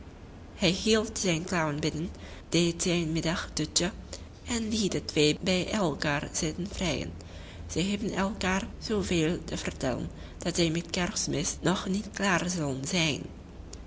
hij hield zijn klauwen binnen deed zijn middagdutje en liet de twee bij elkaar zitten vrijen zij hebben elkaar zooveel te vertellen dat zij met kerstmis nog niet klaar zullen zijn